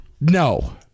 No